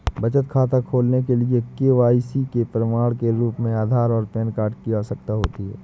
बचत खाता खोलने के लिए के.वाई.सी के प्रमाण के रूप में आधार और पैन कार्ड की आवश्यकता होती है